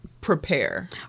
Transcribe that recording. prepare